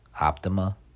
Optima